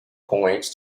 coins